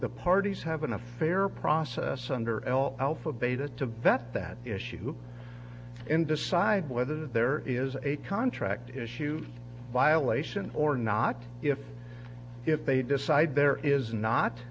the parties have been a fair process under l alpha beta to vet that issue and decide whether there is a contract issue violation or not if if they decide there is not